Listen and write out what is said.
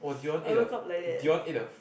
I woke up late